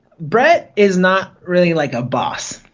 brett is not really like a boss,